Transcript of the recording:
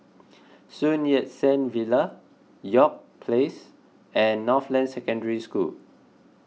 Sun Yat Sen Villa York Place and Northland Secondary School